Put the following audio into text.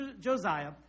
Josiah